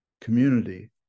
community